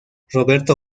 roberto